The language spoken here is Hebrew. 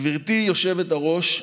כבוד היושב-ראש,